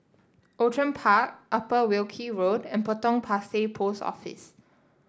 Outram Park Upper Wilkie Road and Potong Pasir Post Office